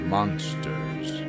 Monsters